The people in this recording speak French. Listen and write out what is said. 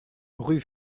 rue